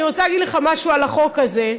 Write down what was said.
אני רוצה להגיד לך משהו על החוק הזה,